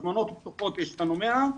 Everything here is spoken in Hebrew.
הזמנות פתוחות יש לנו 100,